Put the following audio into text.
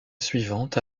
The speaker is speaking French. suivante